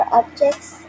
objects